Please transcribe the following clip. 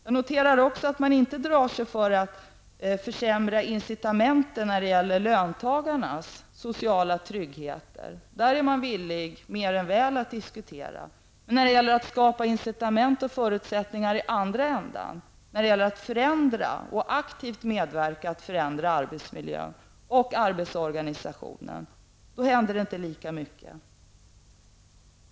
Jag noterar också att man inte drar sig för att försämra incitamenten när det gäller löntagarnas sociala trygghet. Därvidlag är man mer än villig att diskutera, men när det gäller att skapa incitament och förutsättningar i den andra änden, att medverka till att aktivt förändra arbetsmiljön och arbetsorganisationen, händer det inte lika mycket.